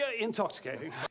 intoxicating